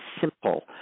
simple